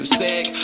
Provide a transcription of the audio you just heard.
sick